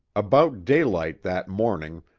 about daylight that morning,